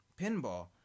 pinball